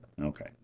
Okay